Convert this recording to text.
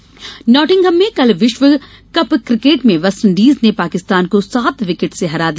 cricket Nottingham में कल विश्व कप क्रिकेट में वेस्टइंडीज ने पाकिस्तान को सात विकेट से हरा दिया